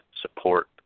support